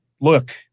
Look